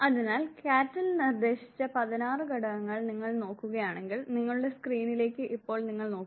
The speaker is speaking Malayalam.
അതിനാൽ കാറ്റൽ നിർദ്ദേശിച്ച 16 ഘടകങ്ങൾ നിങ്ങൾ നോക്കുകയാണെങ്കിൽ നിങ്ങളുടെ സ്ക്രീനിലേക്ക് ഇപ്പോൾ നിങ്ങൾ നോക്കുക